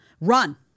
Run